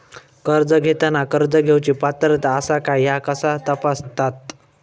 कर्ज घेताना कर्ज घेवची पात्रता आसा काय ह्या कसा तपासतात?